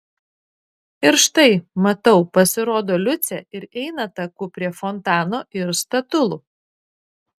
ir štai matau pasirodo liucė ir eina taku prie fontano ir statulų